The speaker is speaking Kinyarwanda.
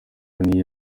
niyo